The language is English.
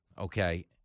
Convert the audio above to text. Okay